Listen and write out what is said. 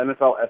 NFL